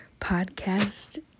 podcast